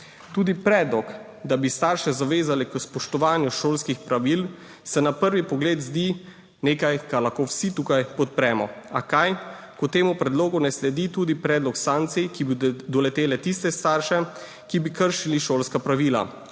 Tudi predlog, da bi starše zavezali k spoštovanju šolskih pravil, se na prvi pogled zdi nekaj, kar lahko vsi tukaj podpremo. A kaj, ko temu predlogu ne sledi tudi predlog sankcij, ki bi doletele tiste starše, ki bi kršili šolska pravila.